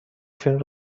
فیلم